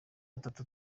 atatu